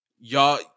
y'all